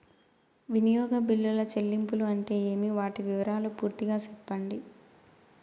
వినియోగ బిల్లుల చెల్లింపులు అంటే ఏమి? వాటి వివరాలు పూర్తిగా సెప్పండి?